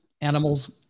Animals